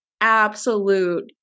absolute